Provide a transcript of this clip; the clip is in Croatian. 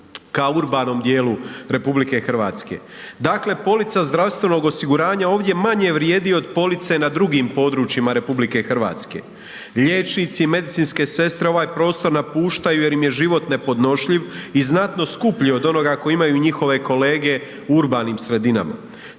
kao u urbanom dijelu RH. Dakle, polica zdravstvenog osiguranja ovdje manje vrijedi od police na drugim područjima RH, liječnici i medicinske sestre ovaj prostor napuštaju jer im je život nepodnošljiv i znatno skuplji od onoga koji imaju njihove kolege u urbanim sredinama.